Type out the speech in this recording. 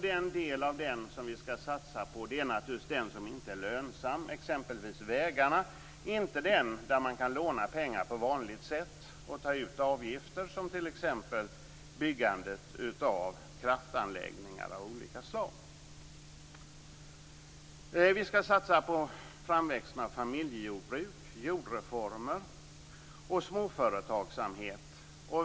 Den del som vi skall satsa på är naturligtvis den som inte är lönsam, exempelvis vägarna, och inte den som man kan låna pengar till på vanligt sätt och ta ut avgifter för, som t.ex. byggandet av kraftanläggningar av olika slag. Vi skall satsa på framväxten av familjejordbruk, jordreformer och småföretagsamhet.